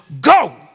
go